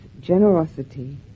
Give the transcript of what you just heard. generosity